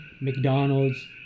McDonald's